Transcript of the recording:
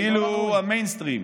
כאילו הוא המיינסטרים.